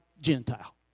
Gentile